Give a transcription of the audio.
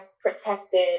protected